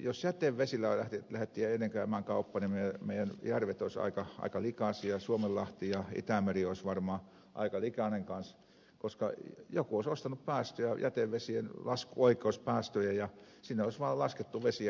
jos jätevesillä olisi lähdetty ennen käymään kauppaa niin meidän järvet olisivat aika likaisia ja suomenlahti ja itämeri olisivat varmaan aika likaisia kanssa koska joku olisi ostanut päästöoikeuksia jätevesien laskuoikeuksia ja sinne olisi vaan laskettu vesiä putsaamatta